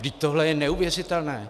Vždyť tohle je neuvěřitelné!